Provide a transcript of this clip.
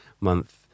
month